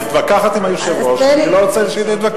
את מתווכחת עם היושב-ראש, אני לא רוצה שנתווכח.